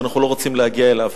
שאנחנו לא רוצים להגיע אליו.